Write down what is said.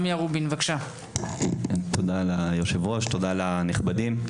תודה ליושב-ראש, תודה לנכבדים,